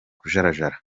kujarajara